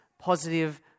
positive